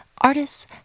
Artists